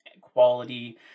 quality